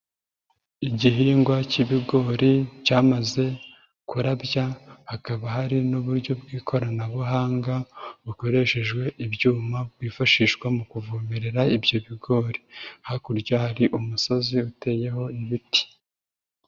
Igihingwa cy'ibigori cyamaze kurabya, hakaba hari n'uburyo bw'ikoranabuhanga, bukoreshejwe ibyuma bwifashishwa mu kuvomerera ibyo bigori. Hakurya hari umusozi uteyeho ibiti.